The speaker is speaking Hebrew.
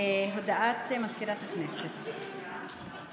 הודעה למזכירת הכנסת, בבקשה.